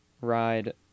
Ride